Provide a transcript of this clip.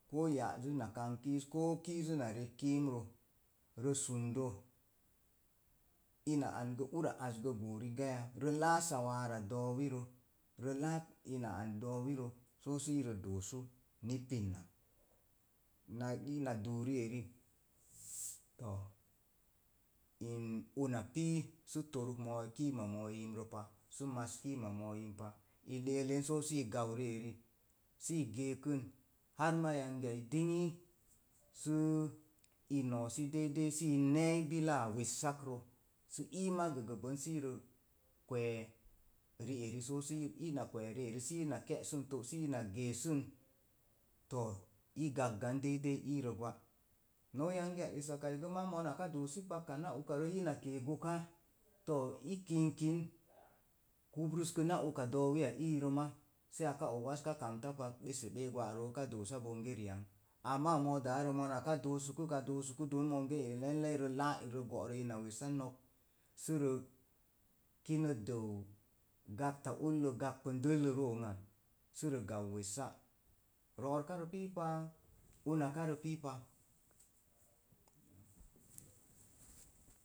Koo ya'zəz na kank kiiz, koo kiizəz na rek kumrə, rə sundə, ina an gə ura az gə goo rigaya. Rə laa sawaara doowirə, rə laa ina an doowi rə, so sii na doosu ni pinnak. Na ina duu ri'eri, too in una pii sə torək moo kiima moo imrə pa. Sə mas kiima moo impa. I le'eklen so sii gau riꞌeri, sii geekən har ma yangiya. ding-ii, səə i noosi deidei sii neeii bilaa wessakrə, sə iima gə gəbən sii rə kwee ri'eri so sa ina kwee re'eri sii na ke'sən to’ sii na geeʃan, too i gaggan deidei irə gwa. Nok yangiya esakkai gə maa monaka doosi pak kana ukarə, ina kee goka, too i kink kin kubrəskəna uka doowi a urə ma, sai aka og wazka kamta pak besebe gwa'roo. Ka doosa bonge ri'ang, amaa a moo daaro monaka doosukuk a doosuka don monge ee lalai rə laa rə go'rə ina wessan sə rə kinə dəw gapta ullə gagbən dəllə roo ən at, sə rə gan wessa. Ro'or karə piipa, una karə piipa.